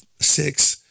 six